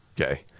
Okay